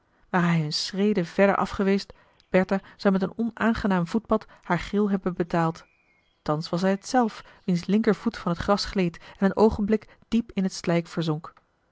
hij een schrede verder af geweest bertha zou met een onaangenaam voetbad haar gril hebben betaald thans was hij t zelf wiens linkervoet van het gras gleed en een oogenblik diep in het slijk verzonk